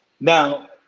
Now